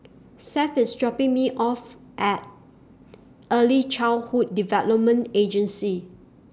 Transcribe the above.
Seth IS dropping Me off At Early Childhood Development Agency